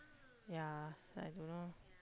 ya so I don't know